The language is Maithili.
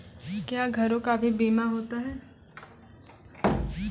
क्या घरों का भी बीमा होता हैं?